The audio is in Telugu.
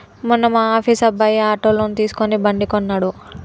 మొన్న మా ఆఫీస్ అబ్బాయి ఆటో లోన్ తీసుకుని బండి కొన్నడు